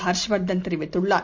ஹர்ஷ் வர்தன் தெரிவித்துள்ளார்